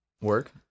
work